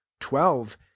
twelve